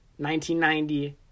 1990